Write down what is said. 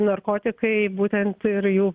narkotikai būtent ir jų